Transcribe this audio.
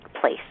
place